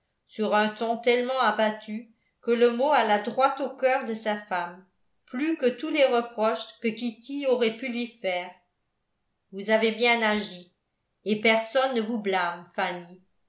sur un ton tellement abattu que le mot alla droit au cœur de sa femme plus que tous les reproches que kitty aurait pu lui faire vous avez bien agi et personne ne vous blâme fanny